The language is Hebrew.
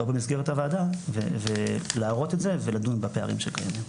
לא במסגרת הוועדה ולהראות את זה ולדון בפערים שקיימים.